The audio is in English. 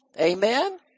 Amen